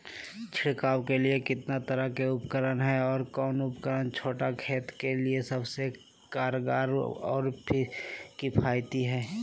छिड़काव के लिए कितना तरह के उपकरण है और कौन उपकरण छोटा खेत के लिए सबसे कारगर और किफायती है?